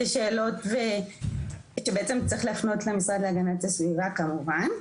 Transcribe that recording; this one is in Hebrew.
את השאלות אתה בעצם צריך להפנות למשרד להגנת הסביבה כמובן.